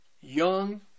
young